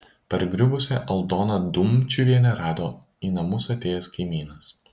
pargriuvusią aldoną dumčiuvienę rado į namus atėjęs kaimynas